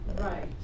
Right